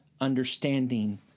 understanding